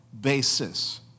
basis